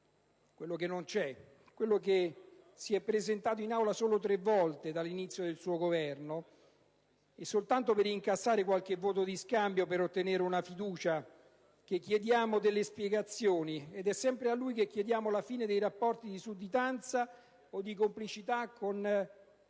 (quello che non c'è, quello che si è presentato in Aula solo tre volte dall'inizio del suo Governo, e soltanto per incassare qualche voto di scambio per ottenere una fiducia) che chiediamo delle spiegazioni. È sempre a lui che chiediamo la fine dei rapporti di sudditanza o di complicità con